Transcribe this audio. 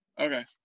Okay